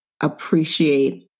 appreciate